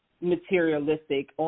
materialistic